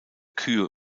kühe